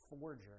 forger